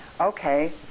okay